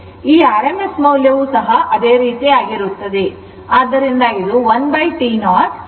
ಈ rms ಮೌಲ್ಯವೂ ಸಹ ಅದೇ ರೀತಿ ಆಗಿರುತ್ತದೆ